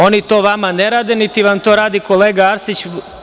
Oni to vama ne rade niti vam to radi kolega Arsić.